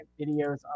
videos